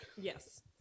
Yes